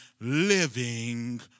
living